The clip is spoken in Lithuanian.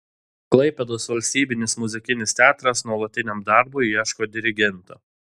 klaipėdos valstybinis muzikinis teatras nuolatiniam darbui ieško dirigento